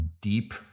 deep